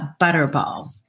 Butterball